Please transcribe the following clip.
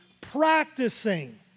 practicing